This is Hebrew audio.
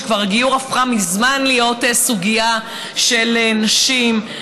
וגיור כבר מזמן הפך להיות סוגיה של נשים,